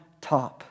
top